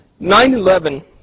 9-11